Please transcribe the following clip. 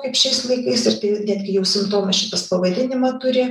kaip šiais laikais ir tai netgi jau simptomas šitas pavadinimą turi